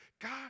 God